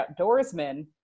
outdoorsmen